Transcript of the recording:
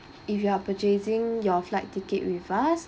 if you are purchasing your flight ticket with us